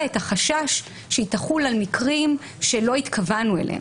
את החשש שהיא תחול על מקרים שלא התכוונו אליהם.